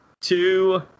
two